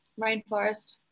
rainforest